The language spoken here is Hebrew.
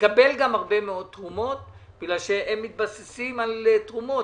נקבל גם הרבה מאוד תרומות כי הם מתבססים על תרומות,